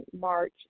March